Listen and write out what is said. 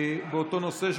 באותו נושא,